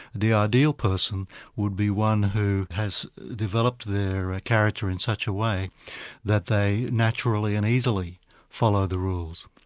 the ideal person would be one who has developed their character in such a way that they naturally and easily follow the rules.